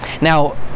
now